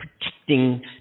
protecting